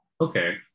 Okay